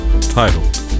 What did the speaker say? titled